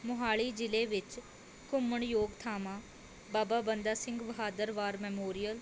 ਮੋਹਾਲੀ ਜ਼ਿਲ੍ਹੇ ਵਿੱਚ ਘੁੰਮਣ ਯੋਗ ਥਾਵਾਂ ਬਾਬਾ ਬੰਦਾ ਸਿੰਘ ਬਹਾਦਰ ਵਾਰ ਮੈਮੋਰੀਅਲ